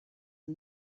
and